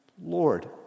Lord